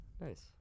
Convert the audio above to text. Nice